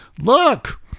look